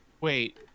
Wait